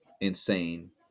insane